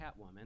Catwoman